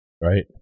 right